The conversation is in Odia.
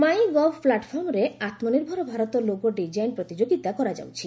ମାଇଁଗଭ୍ ପ୍ଲାଟ୍ଫର୍ମରେ ଆତ୍କନିର୍ଭର ଭାରତ ଲୋଗୋ ଡିକାଇନ୍ ପ୍ରତିଯୋଗିତା କରାଯାଉଛି